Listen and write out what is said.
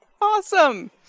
Awesome